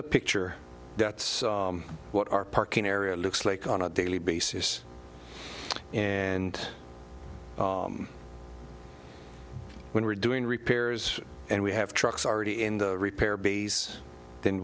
the picture that's what our parking area looks like on a daily basis and when we're doing repairs and we have trucks already in the repair bays then